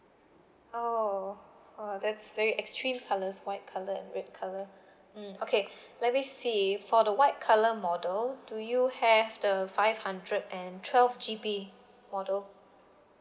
oh oh that's very extreme colours white colour and red colour mm okay let me see for the white colour model do you have the five hundred and twelve G_B model